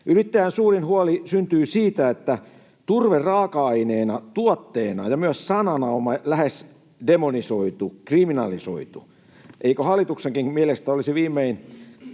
Yrittäjän suurin huoli syntyy siitä, että turve raaka-aineena, tuotteena ja myös sanana on lähes demonisoitu, kriminalisoitu. Eikö hallituksenkin mielestä olisi viimein